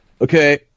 Okay